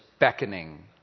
Beckoning